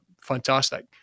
fantastic